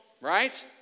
Right